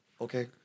okay